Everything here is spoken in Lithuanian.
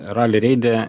rali reide